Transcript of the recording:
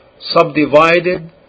subdivided